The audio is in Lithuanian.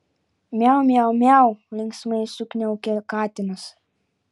miau miau miau linksmai sukniaukė katinas